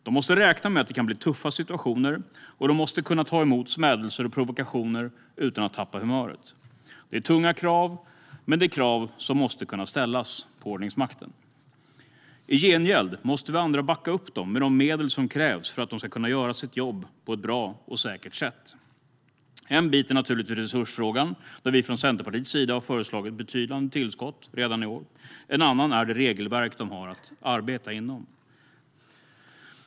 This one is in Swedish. De måste räkna med att det kan bli tuffa situationer, och de måste kunna ta emot smädelser och provokationer utan att tappa humöret. Det är tunga krav, men det är krav som måste kunna ställas på ordningsmakten. I gengäld måste vi andra backa upp dem med de medel som krävs för att de ska kunna göra sitt jobb på ett bra och säkert sätt. En bit är naturligtvis resursfrågan - vi från Centerpartiets sida har föreslagit betydande tillskott redan i år. En annan är det regelverk som de har att arbeta inom.